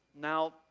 Now